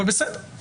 זו בחירה שלכם.